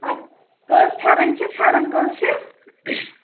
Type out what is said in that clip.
اَدٕ کٔژ فٮ۪رن چھِ فٮ۪رن کٔژ چھِ